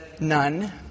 none